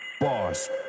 boss